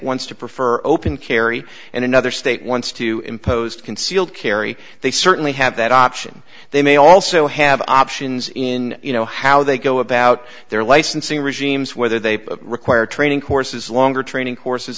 wants to prefer open carry and another state wants to impose concealed carry they certainly have that option they may also have options in you know how they go about their licensing regimes whether they require training courses longer training courses